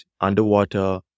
Underwater